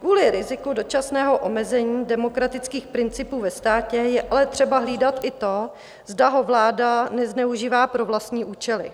Kvůli riziku dočasného omezení demokratických principů ve státě je ale třeba hlídat i to, zda ho vláda nezneužívá pro vlastní účely.